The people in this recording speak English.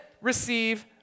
receive